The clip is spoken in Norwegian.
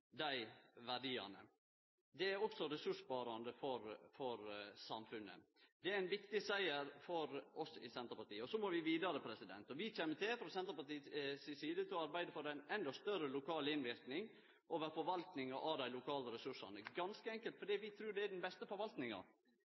dei verdiane. Det er også ressurssparande for samfunnet. Det er ein viktig siger for oss i Senterpartiet. Og så må vi vidare. Vi kjem frå Senterpartiet si side til å arbeide for ein endå større lokal innverknad over forvaltinga av dei lokale ressursane, ganske enkelt fordi vi trur det er den beste